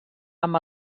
amb